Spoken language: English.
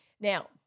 Now